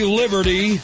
liberty